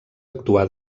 actuà